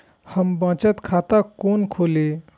हम बचत खाता कोन खोली?